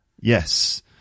yes